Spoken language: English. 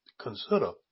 consider